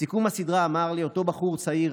בסיכום הסדרה אמר לי אותו בחור צעיר,